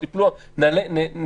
חכה, רק התחלת.